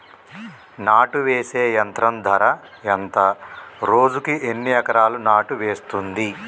నాటు వేసే యంత్రం ధర ఎంత రోజుకి ఎన్ని ఎకరాలు నాటు వేస్తుంది?